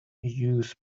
use